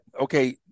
okay